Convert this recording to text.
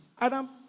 Adam